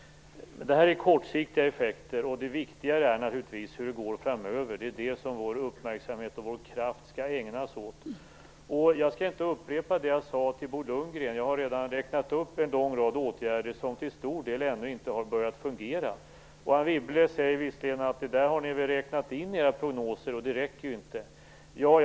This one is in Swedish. Det här är kortsiktiga effekter, och det viktiga är naturligtvis hur det går framöver. Det är det som vår uppmärksamhet och kraft skall ägnas åt. Jag skall inte upprepa det jag sade till Bo Lundgren; jag har redan räknat upp en lång rad åtgärder som till stor del ännu inte har börjat fungera. Anne Wibble säger nu att vi har räknat in det där i våra prognoser och att det inte räcker.